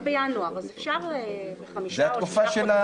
זה 19 בינואר, אז אפשר בחמישה או בשישה חודשים.